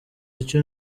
icyo